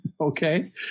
Okay